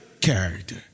character